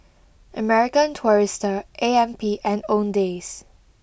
American Tourister A M P and Owndays